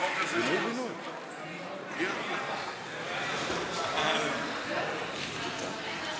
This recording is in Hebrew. חוק התחדשות עירונית (הסכמים לארגון עסקאות),